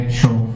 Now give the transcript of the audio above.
show